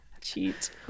cheat